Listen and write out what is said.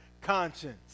conscience